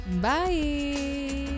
Bye